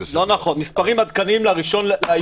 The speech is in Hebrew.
נכון, המספרים עדכניים ל-1 באוקטובר.